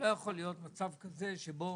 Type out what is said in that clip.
לא יכול להיות מצב כזה שבו